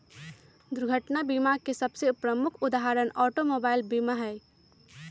दुर्घटना बीमा के सबसे प्रमुख उदाहरण ऑटोमोबाइल बीमा हइ